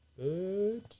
Third